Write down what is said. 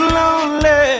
lonely